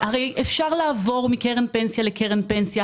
הרי אפשר לעבור מקרן פנסיה לקרן פנסיה.